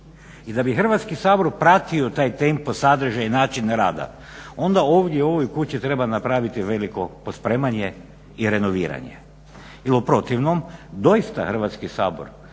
I da bi Hrvatski sabor pratio taj tempo, sadržaj i način rada onda ovdje u ovoj kući treba napraviti veliko pospremanje i renoviranje. Ili u protivnom doista Hrvatski sabor